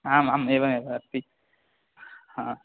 आमाम् एवमेव अस्ति हा